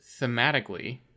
thematically